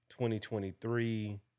2023